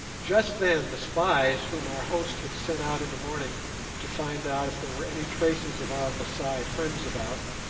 just then the spies whom our host had sent out in the morning to find out if there were any traces of our masai friends about,